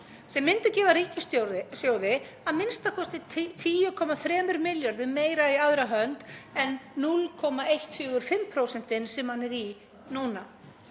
sem myndi gefa ríkissjóði a.m.k. 10,3 milljörðum meira í aðra hönd en 0,145% sem hann er í núna.